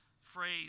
phrase